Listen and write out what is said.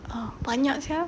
oh banyak sia